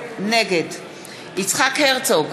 נגד יצחק הרצוג,